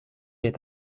est